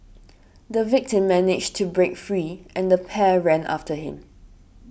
the victim managed to break free and the pair ran after him